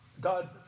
God